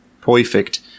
Perfect